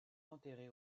enterré